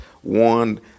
One